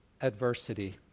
adversity